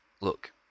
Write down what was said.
Look